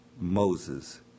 Moses